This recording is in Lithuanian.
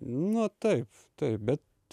na taip taip bet